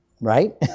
Right